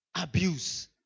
abuse